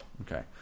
Okay